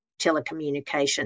telecommunications